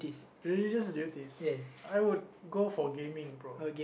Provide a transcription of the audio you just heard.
really just duties I would go for gaming bro